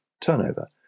turnover